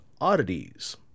Oddities